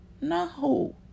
no